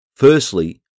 Firstly